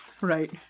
Right